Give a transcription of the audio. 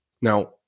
Now